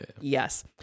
yes